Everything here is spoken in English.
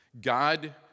God